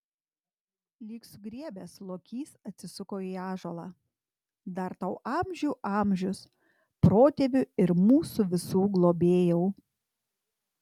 lyg susigriebęs lokys atsisuko į ąžuolą dar tau amžių amžius protėvių ir mūsų visų globėjau